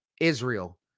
Israel